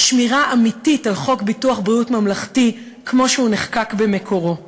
שמירה אמיתית על חוק ביטוח בריאות ממלכתי כמו שהוא נחקק במקורו.